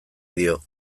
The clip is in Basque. dio